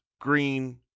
green